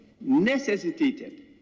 necessitated